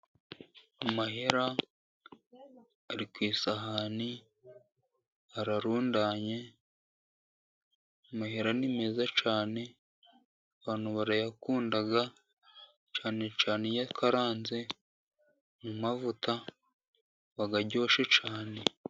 Amahera ari ku isahani, ararundanye. Amahera ni meza cyane abantu barayakunda, cyane cyane iyo akaranze mu mavuta aba aryoshye cyane.